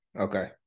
Okay